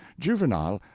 juvenal,